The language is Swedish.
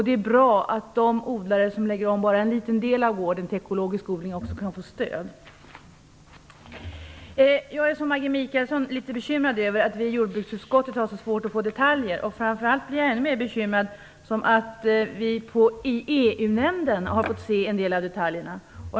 Det är bra att de odlare som lägger om bara en liten del av gårdens verksamhet till ekologisk odling också kan få stöd. Liksom Maggi Mikaelsson är jag litet bekymrad över att vi i jordbruksutskottet har så svårt att få information i detaljer. Jag blir ännu mer bekymrad över att vi i EU-nämnden har fått information om en del av detaljerna.